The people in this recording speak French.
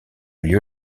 lieu